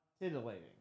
titillating